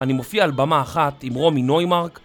אני מופיע על במה אחת עם רומי נוימרק